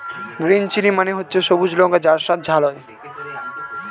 green chilli মানে হচ্ছে সবুজ লঙ্কা যার স্বাদ ঝাল হয়